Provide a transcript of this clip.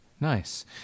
Nice